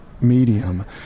medium